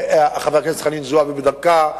חברת הכנסת חנין זועבי בדרכה,